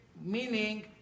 Meaning